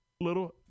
little